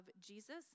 Jesus